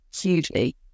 hugely